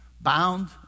Bound